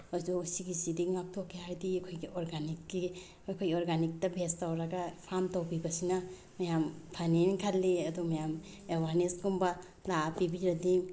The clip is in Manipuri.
ꯑꯗꯣ ꯁꯤꯒꯤꯁꯤꯗꯒꯤ ꯉꯥꯛꯊꯣꯛꯀꯦ ꯍꯥꯏꯔꯗꯤ ꯑꯩꯈꯣꯏꯒꯤ ꯑꯣꯔꯒꯥꯅꯤꯛꯀꯤ ꯑꯩꯈꯣꯏ ꯑꯣꯔꯒꯥꯅꯤꯛꯇ ꯕꯦꯖ ꯇꯧꯔꯒ ꯐꯥꯝ ꯇꯧꯕꯤꯕꯁꯤꯅ ꯃꯌꯥꯝ ꯐꯅꯦꯅ ꯈꯜꯂꯤ ꯑꯗꯣ ꯃꯌꯥꯝ ꯑꯦꯋꯥꯔꯅꯦꯁꯀꯨꯝꯕ ꯂꯥꯛꯑ ꯄꯤꯕꯤꯔꯗꯤ